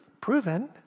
Proven